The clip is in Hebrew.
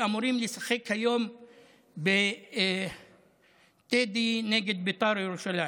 שאמורים לשחק היום בטדי נגד בית"ר ירושלים.